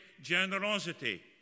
generosity